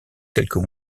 quelques